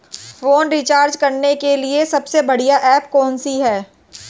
Phone recharge करने के लिए सबसे बढ़िया ऐप कौन सी है?